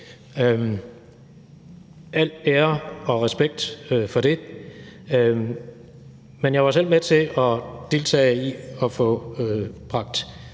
al ære og respekt for det. Men jeg var selv med til at deltage i at få bragt